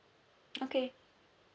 okay